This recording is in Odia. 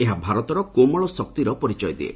ଏହା ଭାରତର କୋମଳ ଶକ୍ତିର ପରିଚୟ ଦିଏ